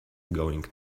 going